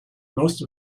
most